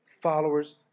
followers